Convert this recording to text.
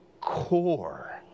core